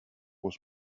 was